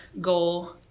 goal